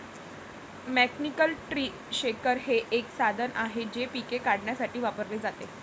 mechanical tree shaker हे एक साधन आहे जे पिके काढण्यासाठी वापरले जाते